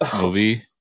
movie